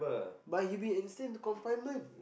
but he'll be insane to confinement